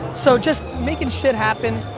so just making shit happen,